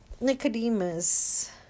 Nicodemus